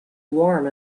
warm